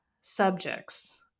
subjects